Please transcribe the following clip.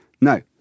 no